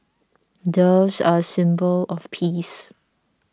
doves are a symbol of peace